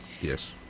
Yes